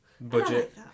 budget